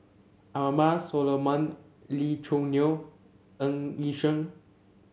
Abraham Solomon Lee Choo Neo Ng Yi Sheng